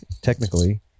technically